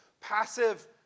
passive